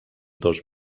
dos